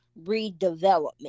redevelopment